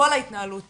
שכל ההתנהלות